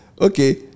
Okay